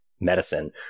medicine